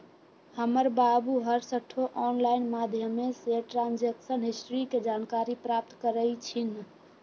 हमर बाबू हरसठ्ठो ऑनलाइन माध्यमें से ट्रांजैक्शन हिस्ट्री के जानकारी प्राप्त करइ छिन्ह